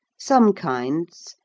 some kinds,